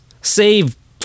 Save